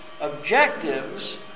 objectives